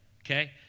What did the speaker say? okay